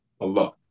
Allah